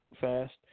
fast